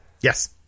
yes